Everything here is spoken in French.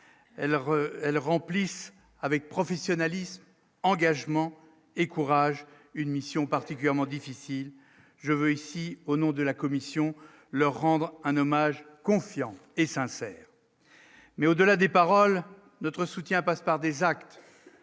elles remplissent avec professionnalisme, engagement et courage, une mission particulièrement difficile, je veux ici au nom de la commission leur rendre un hommage confiant et sincère, mais au-delà des paroles, notre soutien passe par des actes,